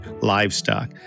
livestock